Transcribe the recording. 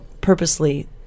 purposely